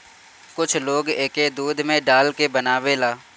कुछ लोग एके दूध में डाल के बनावेला